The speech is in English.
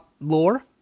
lore